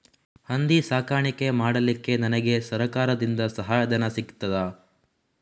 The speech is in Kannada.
ಹಂದಿ ಸಾಕಾಣಿಕೆ ಮಾಡಲಿಕ್ಕೆ ನನಗೆ ಸರಕಾರದಿಂದ ಸಹಾಯಧನ ಸಿಗುತ್ತದಾ?